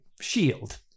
shield